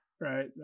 right